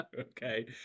Okay